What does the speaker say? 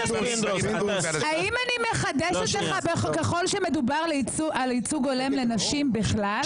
האם אני מחדשת לך ככל שמדובר על ייצוג הולם לנשים בכלל?